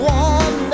one